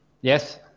Yes